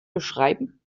beschreiben